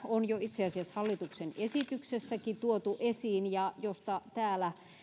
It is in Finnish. on itse asiassa jo hallituksen esityksessäkin tuotu esiin ja josta täällä